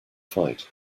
fight